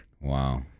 wow